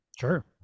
Sure